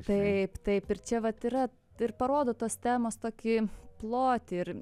taip taip ir čia vat yra ir parodo tos temos tokį plotį ir